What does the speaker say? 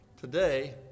today